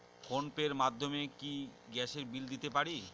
Phone pay র মাধ্যমে কি গ্যাসের বিল দিতে পারি?